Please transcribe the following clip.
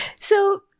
So-